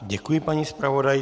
Děkuji paní zpravodajce.